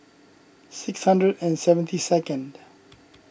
six hundred and seventy second